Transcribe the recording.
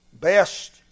best